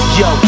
yo